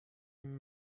این